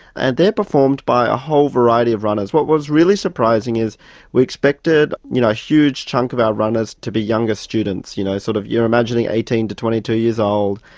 and they are performed by a whole variety of runners. what was really surprising is that we expected you know a huge chunk of our runners to be younger students, you know, sort of you're imagining eighteen to twenty two years old,